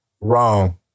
Wrong